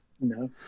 no